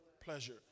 pleasure